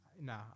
no